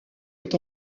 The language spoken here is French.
est